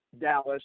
Dallas